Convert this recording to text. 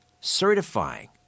certifying